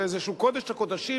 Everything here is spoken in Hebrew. זה איזה קודש הקודשים,